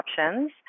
options